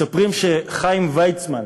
מספרים שחיים ויצמן,